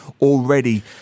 already